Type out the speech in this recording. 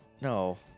No